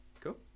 cool